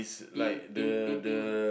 pin pin pin pin